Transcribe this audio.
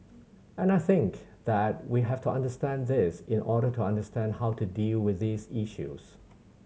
and I think that we have to understand this in order to understand how to deal with these issues